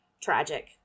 tragic